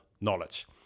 knowledge